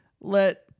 let